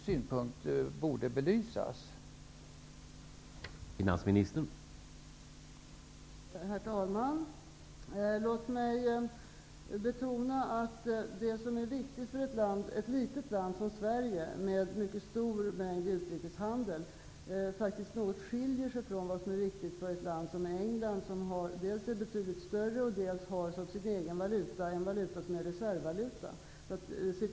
Frågan borde belysas ur metodologisk synpunkt.